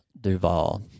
duval